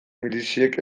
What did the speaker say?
miliziek